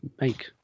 make